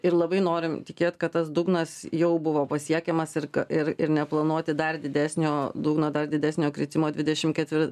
ir labai norim tikėt kad tas dugnas jau buvo pasiekiamas ir ir ir neplanuoti dar didesnio dugno dar didesnio kritimo dvidešimt ketvi